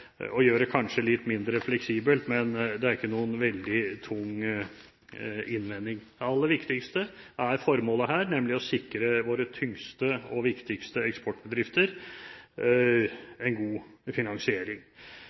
det er ikke en veldig tung innvending. Det aller viktigste er formålet, nemlig å sikre våre tyngste og viktigste eksportbedrifter en god finansiering.